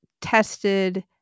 tested